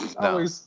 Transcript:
No